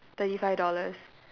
thirty five dollars